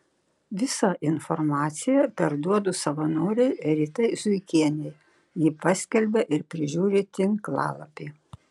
visą informaciją perduodu savanorei ritai zuikienei ji paskelbia ir prižiūri tinklalapį